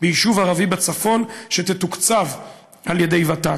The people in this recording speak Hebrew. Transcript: ביישוב ערבי בצפון שתתוקצב על ידי ות"ת.